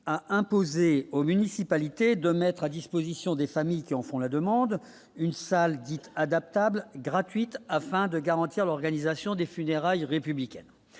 à imposer aux municipalités de mettre à disposition des familles qui en font la demande une salle dite adaptable gratuite afin de garantir l'organisation des funérailles républicaine,